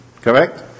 Correct